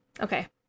Okay